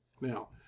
Now